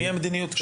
מי המדיניות כאן?